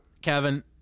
Kevin